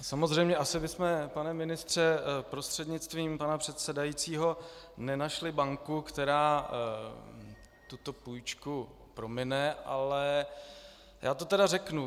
Samozřejmě asi bychom, pane ministře prostřednictvím pana předsedajícího, nenašli banku, která tuto půjčku promine, ale já to tedy řeknu.